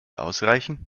ausreichen